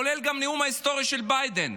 כולל גם הנאום ההיסטורי של ביידן,